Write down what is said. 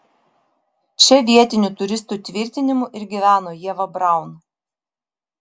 čia vietinių turistų tvirtinimu ir gyveno ieva braun